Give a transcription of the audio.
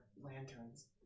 lanterns